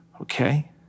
okay